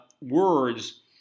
words